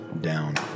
down